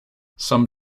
some